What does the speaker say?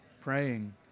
praying